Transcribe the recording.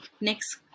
Next